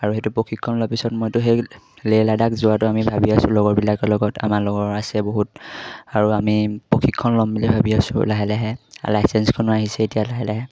আৰু সেইটো প্ৰশিক্ষণ লোৱাৰ পিছত মইতো সেই লেহ লাডাখ যোৱাটো আমি ভাবি আছোঁ লগৰবিলাকৰ লগত আমাৰ লগৰ আছে বহুত আৰু আমি প্ৰশিক্ষণ ল'ম বুলি ভাবি আছোঁ লাহে লাহে লাইচেঞ্চখনো আহিছে এতিয়া লাহে লাহে